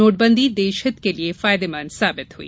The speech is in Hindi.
नोटबंदी देशहित के लिए फायदेमंद साबित हुई